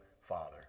father